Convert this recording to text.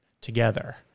together